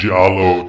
Jalo